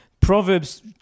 Proverbs